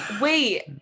Wait